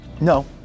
no